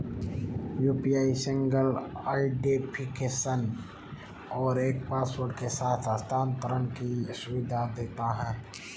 UPI single identification और एक password के साथ हस्थानांतरण की सुविधा देता है